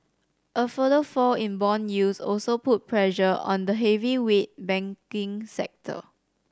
a further fall in bond yields also put pressure on the heavyweight banking sector